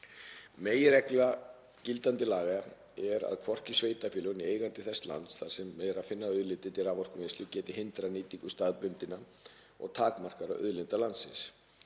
Meginregla gildandi laga er að hvorki sveitarfélög né eigandi þess lands þar sem er að finna auðlindir til raforkuvinnslu geti hindrað nýtingu staðbundinna og takmarkaðra auðlinda landsins.